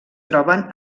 troben